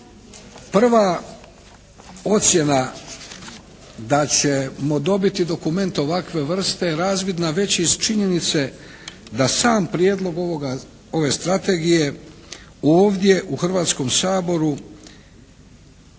prva ocjena da ćemo dobiti dokument ovakve vrste je razvidna već iz činjenice da sam prijedlog ove strategije ovdje u Hrvatskom saboru